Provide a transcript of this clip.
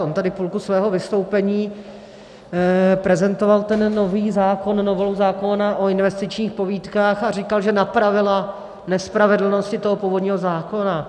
On tady půlku svého vystoupení prezentoval nový zákon, novelu zákona o investičních pobídkách, a říkal, že napravila nespravedlnosti toho původního zákona.